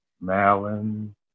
Malin